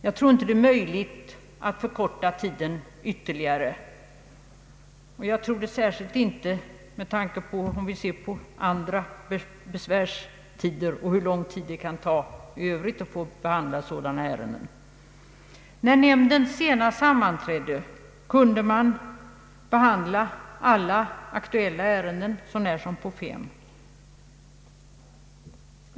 Jag tror inte att det är möjligt att förkorta tiden ytterligare, särskilt inte med tanke på andra besvärstider och hur lång tid det i övrigt kan ta att behandla likadana ärenden. När nämnden senast sammanträdde kunde den behandla alla aktuella ärenden så när som på fem.